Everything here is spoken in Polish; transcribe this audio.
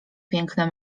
piękny